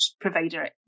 provider